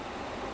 ya